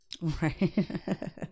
Right